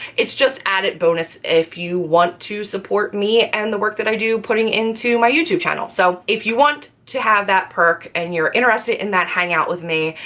it's just added bonus if you want to support me and the work that i do putting into my youtube channel. so if you want to have that perk and you're interested in that hangout with me,